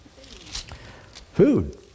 Food